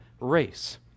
race